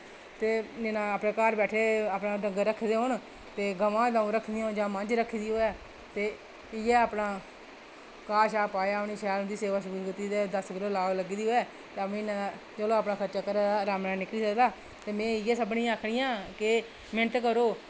ते मेरा अपने घर बैठे दे अपने डंगर रक्खे दे होन ते गवां रक्खी दियां होन जां मंझ रक्खी दी होऐ ते इयै अपना घाऽ पाया शैल उंदी सेवा कीती ते दस्स किलो लाग लग्गी दी होऐ ते म्हीनै दा चलो अपना खर्चा मज़े कन्नै निकली सकदा ते में इयै सभनें गी आक्खनीं आं के मैह्नत करो